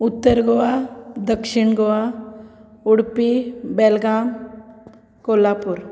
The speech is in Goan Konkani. उत्तर गोवा दक्षीण गोवा उडपी बेलगाम कोल्हापूर